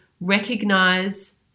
recognize